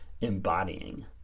embodying